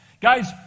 Guys